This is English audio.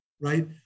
right